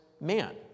man